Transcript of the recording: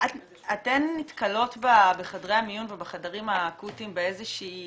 אתן נתקלות בחדי המיון ובחדרים האקוטיים באיזושהי